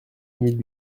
mille